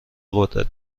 قدرت